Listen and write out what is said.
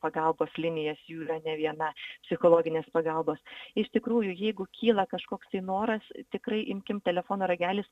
pagalbos linijas jų yra ne viena psichologinės pagalbos iš tikrųjų jeigu kyla kažkoks tai noras tikrai imkim telefono ragelį